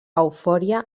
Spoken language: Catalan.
eufòria